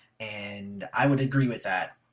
and i would agree with that.